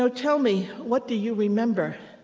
so tell me, what do you remember?